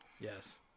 Yes